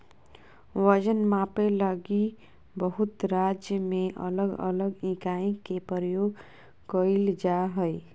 वजन मापे लगी बहुत राज्य में अलग अलग इकाई के प्रयोग कइल जा हइ